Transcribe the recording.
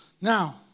Now